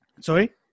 Sorry